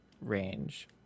range